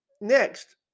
next